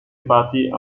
réparties